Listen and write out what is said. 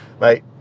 mate